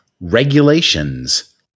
regulations